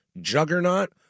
juggernaut